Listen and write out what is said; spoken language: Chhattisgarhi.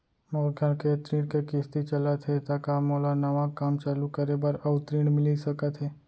मोर घर के ऋण के किसती चलत हे ता का मोला नवा काम चालू करे बर अऊ ऋण मिलिस सकत हे?